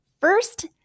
First